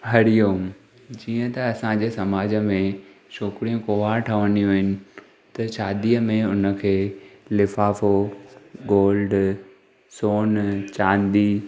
हरीओम जीअं त असांजे समाज में छोकिरियूं कुंवारि ठहंदियूं आहिनि त शादीअ में हुनखे लिफ़ाफ़ो गोल्ड सोनु चांदी